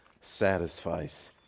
satisfies